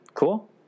Cool